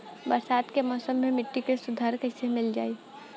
बरसात के मौसम में मिट्टी के सुधार कईसे कईल जाई?